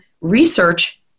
research